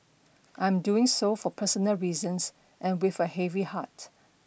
I am doing so for personal reasons and with a heavy heart